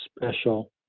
special